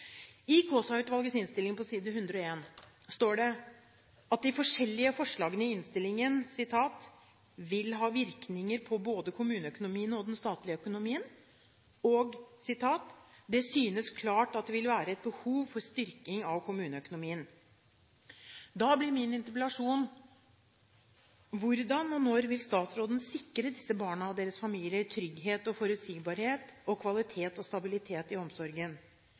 I Kaasa-utvalgets innstilling side 101 står det at de forskjellige forslagene i innstillingen vil «ha virkninger på både kommuneøkonomien og den statlige økonomien», og at det «synes klart at det vil være et behov for styrking av kommuneøkonomien». Da blir min interpellasjon: Hvordan og når vil statsråden sikre disse barna og deres familier trygghet og forutsigbarhet og kvalitet og stabilitet i omsorgen?